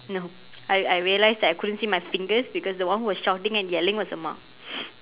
no I I realised that I couldn't see my fingers because the one who was shouting and yelling was amma